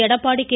Edappadi K